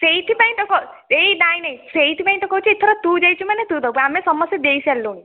ସେଇଥିପାଇଁ ତ ଏଇ ନାଇଁ ନାଇଁ ସେଇଥି ପାଇଁ ତ ଏଥର ତୁ ଯାଇଛୁ ମାନେ ତୁ ଦେବୁ ଆମେ ସମସ୍ତେ ଦେଇସାରିଲୁଣି